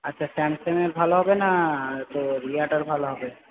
আচ্ছা স্যামসাংয়ের ভালো হবে না তোর ইয়েটার ভালো হবে